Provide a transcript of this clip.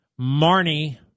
Marnie